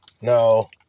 no